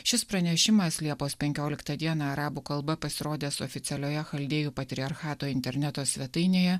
šis pranešimas liepos penkioliktą dieną arabų kalba pasirodęs oficialioje chaldėjų patriarchato interneto svetainėje